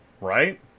Right